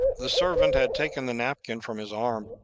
the servant had taken the napkin from his arm,